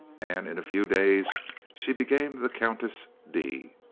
and in a few days she became the countess d.